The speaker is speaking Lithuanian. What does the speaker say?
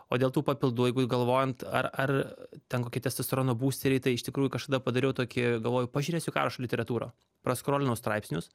o dėl tų papildų jeigu galvojant ar ar ten kokie testosterono būsteriai tai iš tikrųjų kažkada padariau tokį galvoju pažiūrėsiu ką rašo literatūra praskrolinau straipsnius